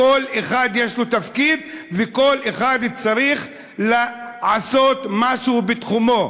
כל אחד יש לו תפקיד וכל אחד צריך לעשות משהו בתחומו.